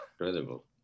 incredible